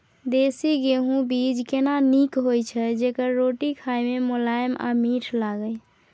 देसी गेहूँ बीज केना नीक होय छै जेकर रोटी खाय मे मुलायम आ मीठ लागय?